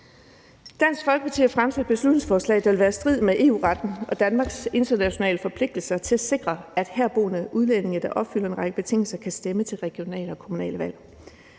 Dansk Folkeparti har fremsat et beslutningsforslag, der vil være i strid med EU-retten og Danmarks internationale forpligtelser til at sikre, at herboende udlændinge, der opfylder en række betingelser, kan stemme til regionale og kommunale valg.